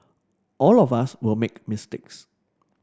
all of us will make mistakes